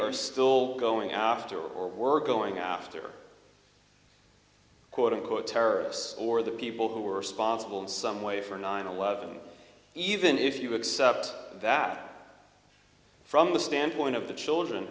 are still going after or we're going after quote unquote terrorists or the people who were responsible in some way for nine eleven even if you accept that from the standpoint of the children